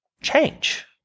change